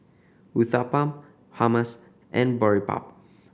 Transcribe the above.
Uthapam Hummus and Boribap